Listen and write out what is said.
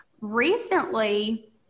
Recently